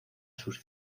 sus